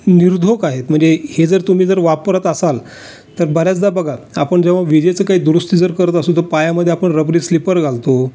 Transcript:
निर्धोक आहेत म्हणजे हे जर तुम्ही जर वापरत असाल तर बऱ्याचदा बघा आपण जेव्हा विजेचं काही दुरुस्ती जर करत असू तर पायामध्ये आपण रबरी स्लिपर घालतो